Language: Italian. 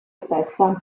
stessa